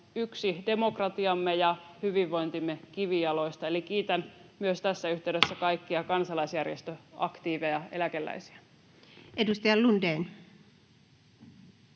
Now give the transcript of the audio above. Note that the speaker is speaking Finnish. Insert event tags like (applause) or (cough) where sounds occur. yksi demokratiamme ja hyvinvointimme kivijaloista. Eli kiitän tässä yhteydessä myös (noise) kaikkia kansalaisjärjestöaktiiveja eläkeläisiä. Edustaja Lundén.